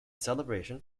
celebration